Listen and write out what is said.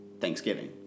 Thanksgiving